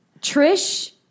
Trish